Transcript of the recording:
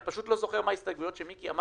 פשוט לא זוכר מה ההסתייגויות שמיקי אמר